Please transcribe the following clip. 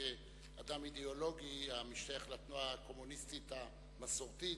כאדם אידיאולוגי המשתייך לתנועה הקומוניסטית המסורתית,